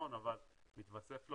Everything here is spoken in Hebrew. מתווסף לו